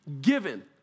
given